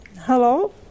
Hello